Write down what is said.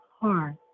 heart